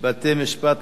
(בתי-משפט,